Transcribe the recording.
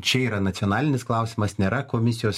čia yra nacionalinis klausimas nėra komisijos